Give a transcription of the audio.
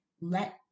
Let